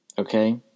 Okay